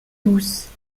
douce